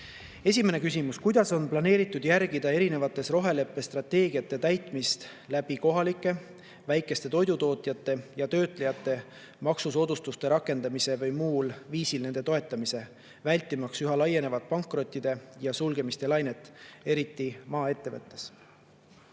Esimene küsimus: "Kuidas on planeeritud järgida erinevate roheleppe strateegiate täitmist läbi kohalike, väikeste toidutootjate ja ‑töötlejate maksusoodustuste rakendamise või muul viisil nende toetamise, vältimaks üha laienevat pankrottide ja sulgemiste lainet, eriti maaettevõtluses?"